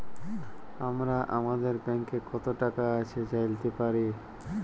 আমরা আমাদের ব্যাংকে কত টাকা আছে জাইলতে পারি